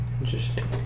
Interesting